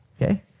Okay